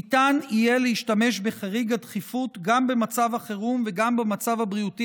ניתן יהיה להשתמש בחריג הדחיפות גם במצב החירום וגם במצב הבריאותי